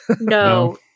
No